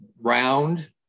round